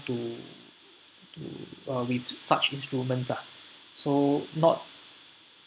to to uh with such instruments ah so not